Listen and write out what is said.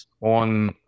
on